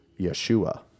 Yeshua